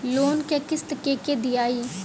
Loan क किस्त के के दियाई?